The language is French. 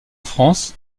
france